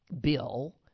bill